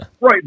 right